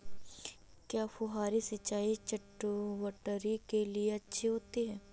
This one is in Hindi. क्या फुहारी सिंचाई चटवटरी के लिए अच्छी होती है?